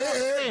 חכה שיסיים.